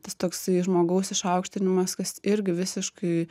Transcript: tas toksai žmogaus išaukštinimas kas irgi visiškai